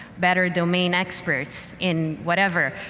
better domain experts in whatever?